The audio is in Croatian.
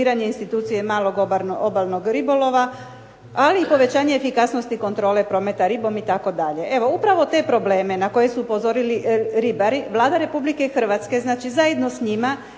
institucije malog obalnog ribolova, ali i povećanje efikasnosti kontrole prometa ribom itd. Evo upravo te probleme na koje su upozorili ribari Vlada Republike Hrvatske znači zajedno s njima